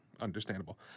understandable